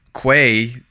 Quay